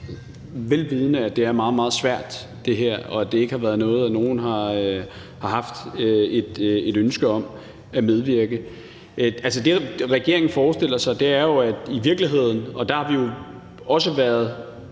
det her er meget, meget svært og at det ikke har været noget, nogen har haft et ønske om. Det, regeringen forestiller sig, er i virkeligheden – og der har vi også været